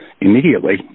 immediately